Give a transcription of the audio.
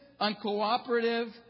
uncooperative